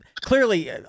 Clearly